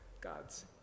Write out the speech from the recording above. God's